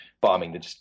bombing